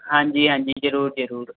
ਹਾਂਜੀ ਹਾਂਜੀ ਜ਼ਰੂਰ ਜ਼ਰੂਰ